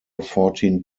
fourteen